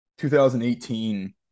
2018